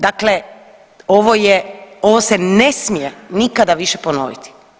Dakle, ovo se ne smije nikada više ponoviti.